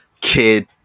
kid